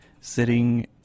sitting